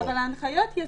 אבל ההנחיות יצאו,